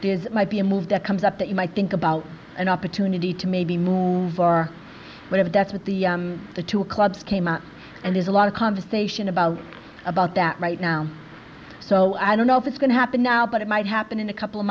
does it might be a move that comes up that you might think about an opportunity to maybe move or whatever that's with the two clubs came out and there's a lot of conversation about about that right now so i don't know if it's going to happen now but it might happen in a couple of